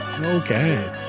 Okay